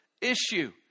issue